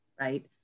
right